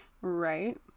Right